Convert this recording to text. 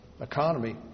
economy